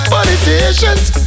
Politicians